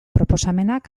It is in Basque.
proposamenak